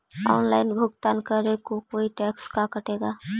Online भुगतान करे को कोई टैक्स का कटेगा?